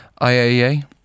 IAEA